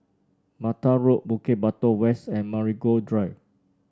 Mata Road Bukit Batok West and Marigold Drive